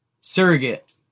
surrogate